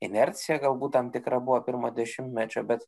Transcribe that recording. inercija galbūt tam tikra buvo pirmo dešimtmečio bet